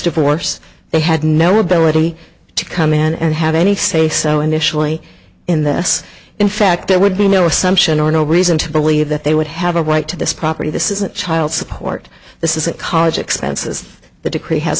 divorce they had no ability to come in and have any say so initially in this in fact there would be no assumption or no reason to believe that they would have a right to this property this isn't child support this isn't college expenses the decree has